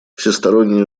всестороннее